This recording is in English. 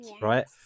right